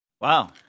Wow